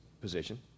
position